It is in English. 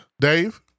Dave